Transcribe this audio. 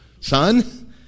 son